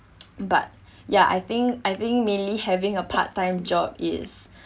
but ya I think I think mainly having a part-time job is